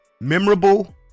memorable